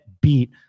beat